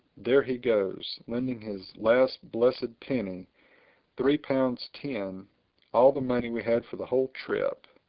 there he goes lending his last blessed penny three pounds ten all the money we had for the whole trip!